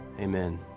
Amen